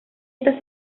estas